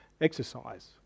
exercise